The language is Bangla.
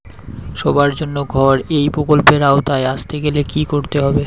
সবার জন্য ঘর এই প্রকল্পের আওতায় আসতে গেলে কি করতে হবে?